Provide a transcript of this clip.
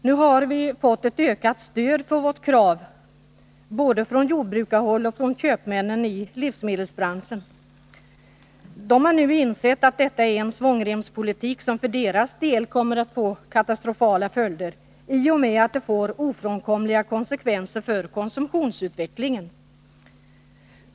Nu har vi fått ökat stöd för vårt krav, både från jordbrukarhåll och från köpmännen i livsmedelsbranschen. De har insett att detta är en svångremspolitik som för deras del kommer att få katastrofala följder, i och med att den får ofrånkomliga konsekvenser för konsumtionsutvecklingen.